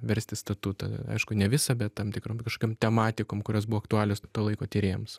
versti statutą aišku ne visą bet tam tikrom kažkokiom tematikom kurios buvo aktualios to laiko tyrėjams